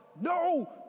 no